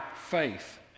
faith